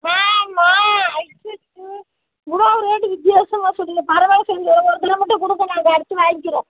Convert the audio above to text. ம்மா ம்மா அச்சச்சோ இவ்வளவு ரேட்டு வித்தியாசமாக சொல்கிறீங்க பரவாயில்ல சரி ஒரு கிலோ மட்டும் கொடுங்க நாங்கள் அடுத்து வாங்கிக்கிறோம்